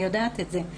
אני יודעת את זה,